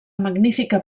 magnífica